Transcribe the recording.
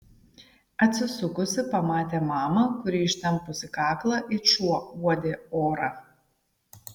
atsisukusi pamatė mamą kuri ištempusi kaklą it šuo uodė orą